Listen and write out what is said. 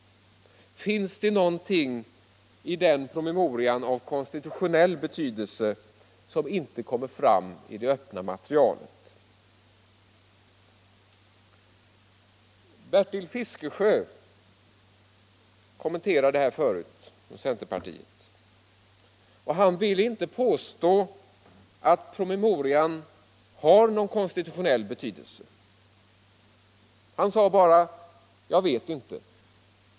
Finns det någonting i den promemorian av konstitutionell betydelse som inte kommer fram i det öppna materialet? Bertil Fiskesjö kommenterade det här förut, och han ville inte påstå att promemorian har någon konstitutionell betydelse. Han sade bara: Jag vet inte.